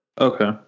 Okay